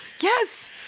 Yes